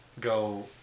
go